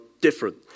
different